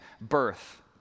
birth